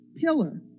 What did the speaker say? pillar